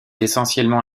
essentiellement